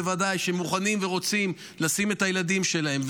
בוודאי שמוכנים ורוצים לשים את הילדים שלהם,